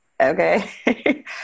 okay